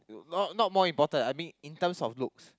not not more important I mean in terms of looks